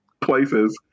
places